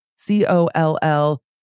C-O-L-L